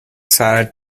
sarah